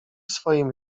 swoim